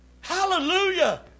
Hallelujah